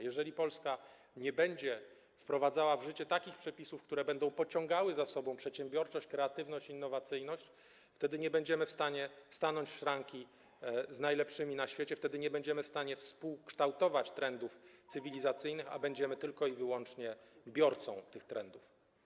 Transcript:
Jeżeli Polska nie będzie wprowadzała w życie takich przepisów, które będą pociągały za sobą przedsiębiorczość, kreatywność, innowacyjność, to nie będziemy w stanie stanąć w szranki z najlepszymi na świecie, nie będziemy w stanie współkształtować trendów cywilizacyjnych, a będziemy tylko i wyłącznie biorcą tych trendów.